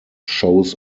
shows